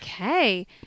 Okay